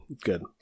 good